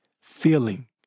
feeling